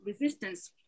resistance